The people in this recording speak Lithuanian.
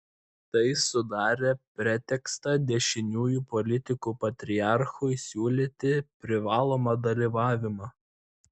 tai sudarė pretekstą dešiniųjų politikų patriarchui siūlyti privalomą dalyvavimą